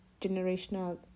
generational